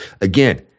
again